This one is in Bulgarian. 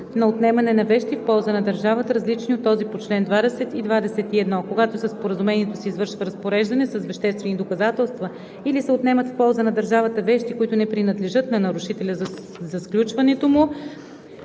на отнемане на вещи в полза на държавата, различен от този по чл. 20 и 21. Когато със споразумението се извършва разпореждане с веществени доказателства или се отнемат в полза на държавата вещи, които не принадлежат на нарушителя, за сключването му